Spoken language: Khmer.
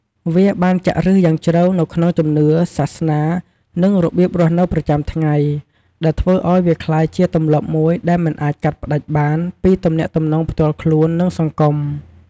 វាបានចាក់ឫសយ៉ាងជ្រៅនៅក្នុងជំនឿ សាសនា និងរបៀបរស់នៅប្រចាំថ្ងៃ ដែលធ្វើឱ្យវាក្លាយជាទម្លាប់មួយដែលមិនអាចកាត់ផ្តាច់បានពីទំនាក់ទំនងផ្ទាល់ខ្លួន និងសង្គម។